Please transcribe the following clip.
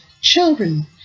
children